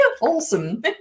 awesome